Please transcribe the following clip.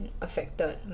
affected